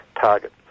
target